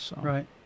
Right